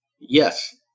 Yes